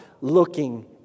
looking